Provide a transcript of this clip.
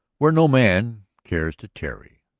where no man cares to tarry.